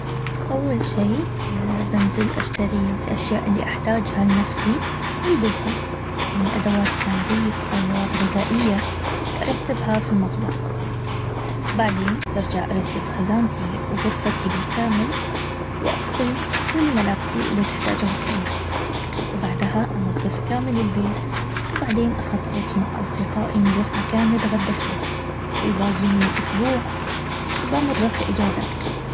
اول شي آآنزل اشتري الاشياء اللي احتاجها لنفسي ولبيتي. من ادوات تنظيف او مواد غذائية. وارتبها في المطبخ. بعدين برجع ارتب خزانتي وغرفتي بالكامل. واغسل كل ملابسي اللي تحتاج غسيل و بعدها انظف كامل البيت. وبعدين اخطط مع اصدقائي نروح مكان نتغدى فيه. والباقي من الاسبوع بمره كاجازة